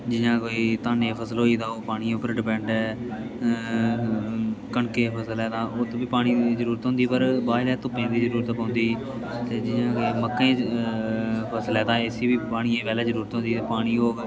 जि'यां कोई धानै दी फसल होई गेई ते ओह् पानी उप्पर डपैंड ऐ कनकै दी फसल ऐ ते होत्त बी पानी दी जरूरत होंदी पर बाद च धुप्पें बी जरूरत पौंदी ते जि'यां के मक्कें च फसल ऐ ते इसी बी पानियै पैह्लैं जरूरत होंदी पानी होग